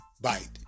bite